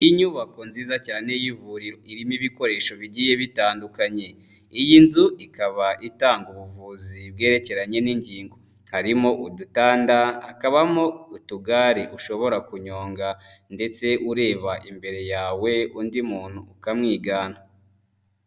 Inyubako nziza cyane y'ivuriro irimo ibikoresho bigiye bitandukanye, iyi nzu ikaba itanga ubuvuzi bwerekeranye n'ingingo, harimo udutanda, hakabamo utugare ushobora kunyonga ndetse ureba imbere yawe undi muntu ukamwigana.